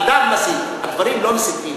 אדם מסית, הדברים לא מסיתים.